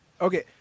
Okay